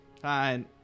Fine